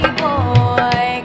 boy